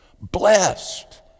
blessed